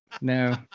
No